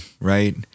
right